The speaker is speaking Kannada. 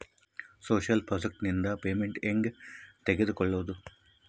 ಸೋಶಿಯಲ್ ಪ್ರಾಜೆಕ್ಟ್ ನಿಂದ ಪೇಮೆಂಟ್ ಹೆಂಗೆ ತಕ್ಕೊಳ್ಳದು?